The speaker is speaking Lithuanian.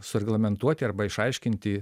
sureglamentuoti arba išaiškinti